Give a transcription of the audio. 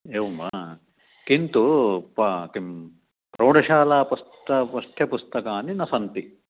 एवं वा किन्तु प किं प्रौढशाला पुस्तकं पठ्यपुस्तकानि न सन्ति